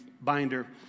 binder